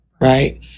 right